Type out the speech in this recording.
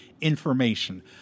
information